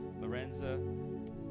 Lorenza